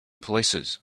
places